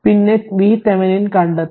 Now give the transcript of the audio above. പിന്നെ എന്ത് VThevenin കണ്ടെത്തണം